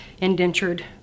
indentured